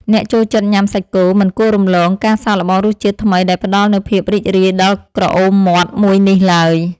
អ្នកចូលចិត្តញ៉ាំសាច់គោមិនគួររំលងការសាកល្បងរសជាតិថ្មីដែលផ្តល់នូវភាពរីករាយដល់ក្រអូមមាត់មួយនេះឡើយ។